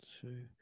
two